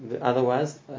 otherwise